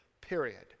period